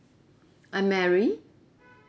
I'm mary